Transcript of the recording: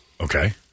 Okay